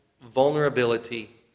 vulnerability